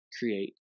create